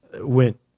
went